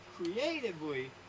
Creatively